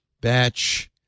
batch